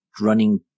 running